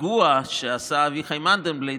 לפיגוע שעשה אביחי מנדלבליט,